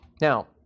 Now